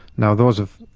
now those of,